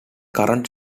current